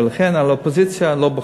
ולכן על האופוזיציה אני לא בוכה.